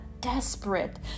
desperate